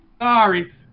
sorry